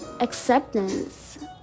acceptance